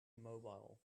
immobile